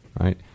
right